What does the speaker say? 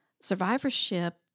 survivorship